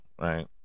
right